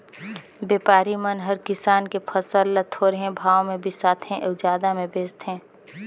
बेपारी मन हर किसान के फसल ल थोरहें भाव मे बिसाथें अउ जादा मे बेचथें